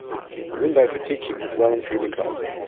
the window for teaching has well and truly closed.